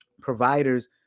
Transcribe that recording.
providers